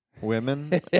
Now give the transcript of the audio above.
women